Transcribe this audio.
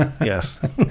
Yes